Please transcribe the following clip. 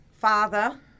Father